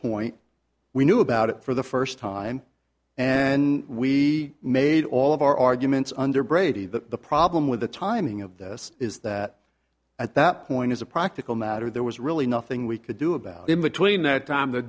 point we knew about it for the first time and we made all of our arguments under brady that the problem with the timing of this is that at that point as a practical matter there was really nothing we could do about him between that time the